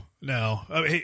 no